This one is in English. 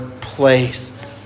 place